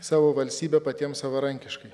savo valstybę patiems savarankiškai